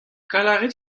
gallout